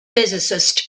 physicist